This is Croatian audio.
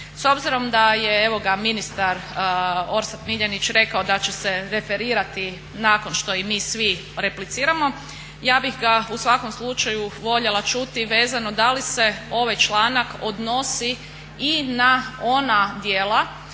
S obzirom da je evo ga ministar Orsat Miljenić rekao da će se referirati nakon što mi svi repliciramo ja bih ga u svakom slučaju voljela čuti vezano da li se ovaj članak odnosi i na ona djela